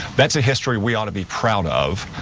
that's a history we ought to be proud of,